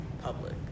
Public